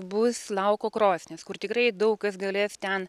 bus lauko krosnis kur tikrai daug kas galės ten